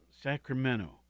Sacramento